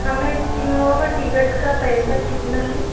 हमें तीन लोगों को टिकट का पैसा कितना है